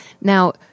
Now